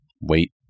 wait